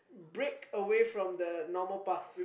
break away from the normal path